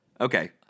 Okay